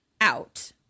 out